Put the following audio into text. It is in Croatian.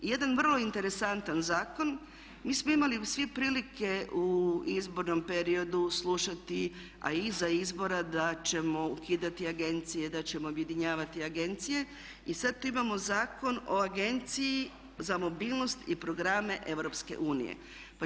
I jedan vrlo interesantan zakon, mi smo imali svi prilike u izbornom periodu slušati a i iza izbora da ćemo ukidati agencije, da ćemo objedinjavati agencije i sada tu imamo Zakon o Agenciji za mobilnost i programe Europske unije.